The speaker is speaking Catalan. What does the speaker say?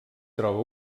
troba